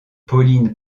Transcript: pauline